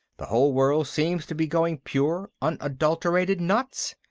the whole world seems to be going pure, unadulterated nuts!